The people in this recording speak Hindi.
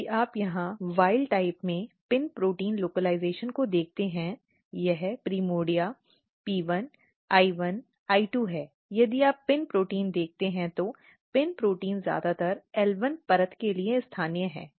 यदि आप यहां जंगली प्रकार में PIN प्रोटीन स्थानीयकरण को देखते हैं यह प्राइमर्डिया P1 I1 I2 है यदि आप PIN प्रोटीन देखते हैं तो PIN प्रोटीन ज्यादातर L1 परत के लिए स्थानीय है